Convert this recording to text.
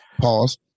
pause